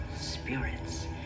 spirits